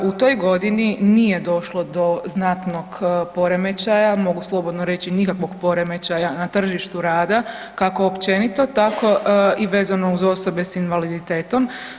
U toj godini nije došlo do znatnog poremećaja, mogu slobodno reći nikakvog poremećaja na tržištu rada kako općenito, tako i vezano uz osobe sa invaliditetom.